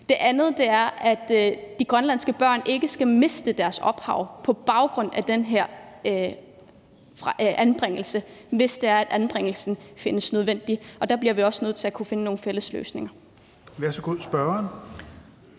Det andet er, at de grønlandske børn ikke skal miste deres ophav på grund af den her anbringelse, hvis det er, at anbringelsen findes nødvendig, og der bliver vi også nødt til at kunne finde nogle fælles løsninger.